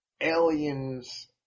aliens